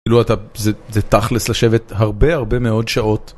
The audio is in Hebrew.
כאילו אתה, זה תכלס לשבת הרבה הרבה מאוד שעות.